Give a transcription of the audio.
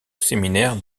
séminaire